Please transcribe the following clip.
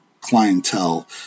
clientele